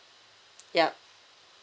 yup